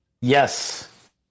Yes